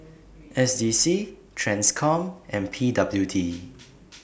S D C TRANSCOM and P W D